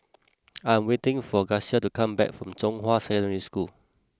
I am waiting for Graciela to come back from Zhonghua Secondary School